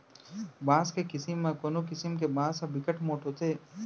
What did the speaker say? बांस के किसम म कोनो किसम के बांस ह बिकट मोठ होथे